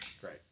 Great